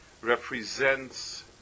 represents